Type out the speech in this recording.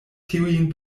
tiujn